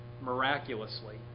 miraculously